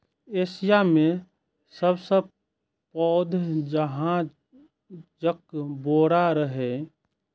Asia मे सबसं पैघ जहाजक बेड़ा रहै, जाहि मे पैंतीस लाख जहाज रहै